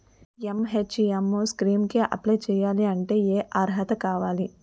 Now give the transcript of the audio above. NHM scheme కి apply చేయాలి అంటే ఏ అర్హత కావాలి?